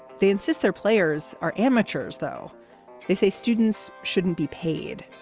they insist their players are amateurs though they say students shouldn't be paid.